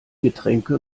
getränke